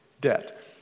debt